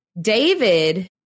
David